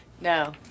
No